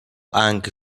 anche